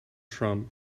trump